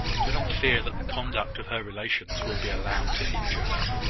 do not fear that the conduct of her relations will be allowed to injure her.